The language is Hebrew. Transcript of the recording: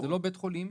זה לא בית חולים.